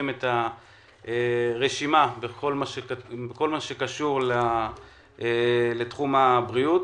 את הרשימה בכל מה שקשור לתחום הבריאות.